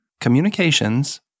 communications